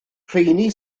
rheini